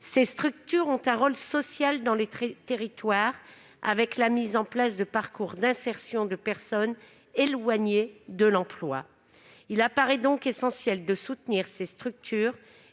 Ces structures ont en outre un rôle social dans les territoires, la mise en place de parcours d'insertion de personnes éloignées de l'emploi. Il apparaît donc essentiel de les soutenir et de